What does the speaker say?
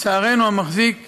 לצערנו, המחזיק